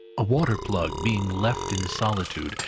water-plug being left in solitude,